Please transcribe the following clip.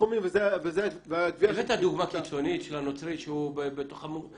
הסכומים --- הבאת דוגמא קיצונית של הנוצרי שהוא בתוך עמו.